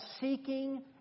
seeking